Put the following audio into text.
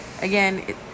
again